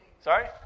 Sorry